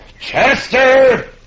Chester